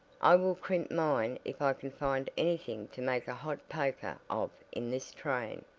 i will crimp mine if i can find anything to make a hot poker of in this train.